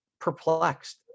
perplexed